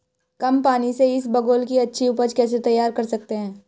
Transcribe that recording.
कम पानी से इसबगोल की अच्छी ऊपज कैसे तैयार कर सकते हैं?